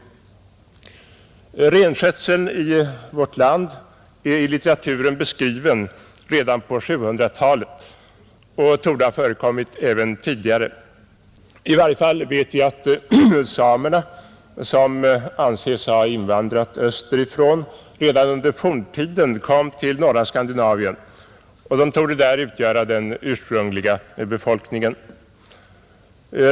Renskötseln i vårt land är i litteraturen beskriven redan på 700-talet och torde ha förekommit även tidigare. I varje fall vet vi att samerna, som anses ha invandrat österifrån, redan under forntiden kom till norra Skandinavien, och de torde där utgöra den ursprungliga befolkningen.